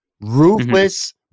Ruthless